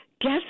Guess